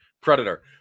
Predator